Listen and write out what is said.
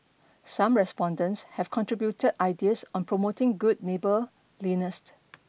some respondents have contributed ideas on promoting good neighborliness